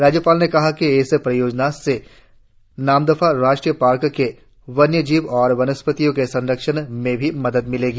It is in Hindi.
राज्यपाल ने कहा कि इस परियोजना से नामदफा राष्ट्रीय पार्क के वन्य जीव और वस्पतियों के संरक्षण में भी मद मिलेगी